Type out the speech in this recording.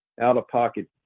out-of-pocket